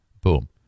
boom